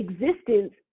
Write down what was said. existence